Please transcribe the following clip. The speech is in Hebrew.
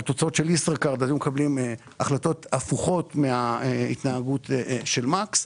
על התוצאות של ישראכרט - היו מקבלים החלטות הפוכות מההתנהגות של מקס.